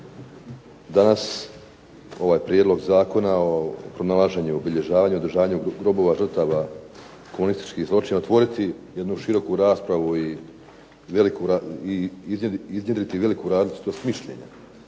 danas ovaj prijedlog Zakona o pronalaženju, obilježavanju i održavanju grobova žrtava komunističkih zločina otvoriti jednu široku raspravu i iznjedriti veliku različitost mišljenja.